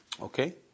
Okay